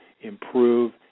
improve